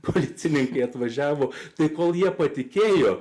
policininkai atvažiavo tol kol jie patikėjo